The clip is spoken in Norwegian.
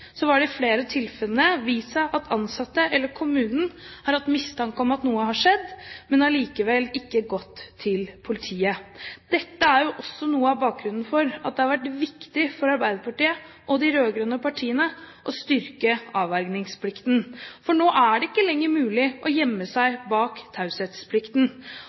så har det i flere av tilfellene vist seg at ansatte eller kommunen har hatt mistanke om at noe har skjedd, men allikevel ikke gått til politiet. Dette er noe av bakgrunnen for at det har vært viktig for Arbeiderpartiet og de rød-grønne partiene å styrke avvergingsplikten. For nå er det ikke lenger mulig å gjemme seg bak taushetsplikten.